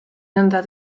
nõnda